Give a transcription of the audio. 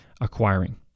acquiring